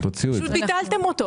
פשוט ביטלתם אותו.